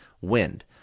Wind